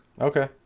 Okay